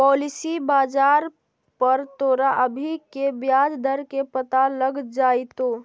policy बाजार पर तोरा अभी के ब्याज दर के पता लग जाइतो